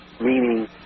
meaning